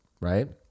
right